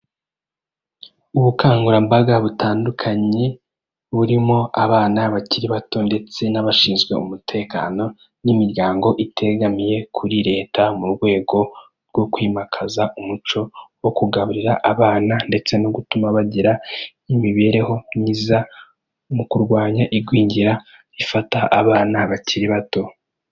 Ubukangurambaga butandukanye burimo abana bakiri bato ndetse n'abashinzwe umutekano n'imiryango itegamiye kuri Leta, mu rwego rwo kwimakaza umuco wo kugaburira abana ndetse no gutuma bagira n' imibereho myiza, mu kurwanya igwingira rifata abana bakiri bato.